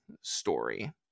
story